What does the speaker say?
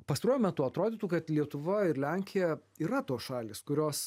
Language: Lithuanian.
pastaruoju metu atrodytų kad lietuva ir lenkija yra tos šalys kurios